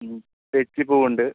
ഉം തെച്ചിപ്പൂവുണ്ട്